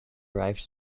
arrived